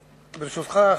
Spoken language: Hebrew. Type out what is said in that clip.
ברשותך,